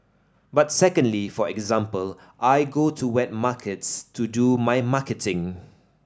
but secondly for example I go to wet markets to do my marketing